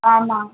ஆமாம்